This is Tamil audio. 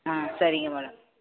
ஆ சரிங்க மேடம்